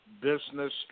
business